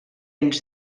ens